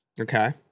Okay